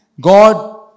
God